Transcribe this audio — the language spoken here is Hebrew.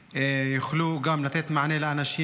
יוכלו גם לתת מענה לאנשים.